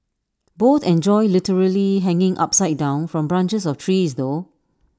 both enjoy literally hanging upside down from branches of trees though